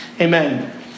amen